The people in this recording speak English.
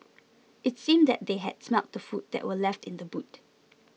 it seemed that they had smelt the food that were left in the boot